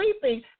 sleeping